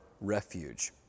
refuge